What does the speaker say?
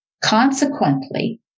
Consequently